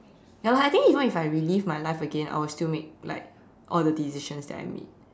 ya lah I think even if I relive my life again I will still make like all the decisions that I made